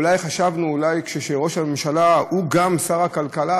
חשבנו שאולי כשראש הממשלה הוא גם שר הכלכלה,